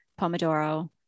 Pomodoro